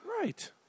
Right